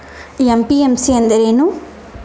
MPMC ಎಂದರೇನು?